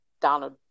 Donald